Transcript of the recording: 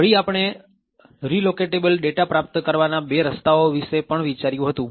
વળી આપણે relocatable data પ્રાપ્ત કરવાના બે રસ્તાઓ વિષે પણ વિચાર્યું હતું